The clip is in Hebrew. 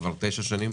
כבר תשע שנים,